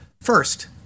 first